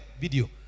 video